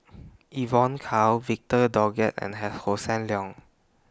Evon Kow Victor Doggett and Hi Hossan Leong